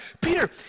Peter